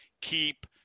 Keep